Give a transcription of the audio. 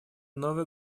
новое